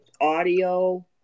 audio